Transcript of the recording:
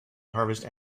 harvest